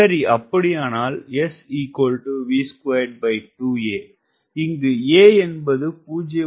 சரி அப்படியானால் இங்கு a என்பது 0